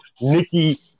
Nikki